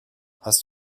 hast